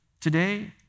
today